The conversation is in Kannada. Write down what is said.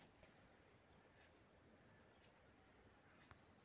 ಖಾಸಗಿ ಆ್ಯಪ್ ನಿಂದ ಫ್ರೇ ಪೇಯ್ಡ್ ನಂಬರಿಗ ರೇಚಾರ್ಜ್ ಮಾಡಬಹುದೇನ್ರಿ?